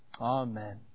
Amen